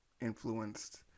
influenced